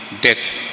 death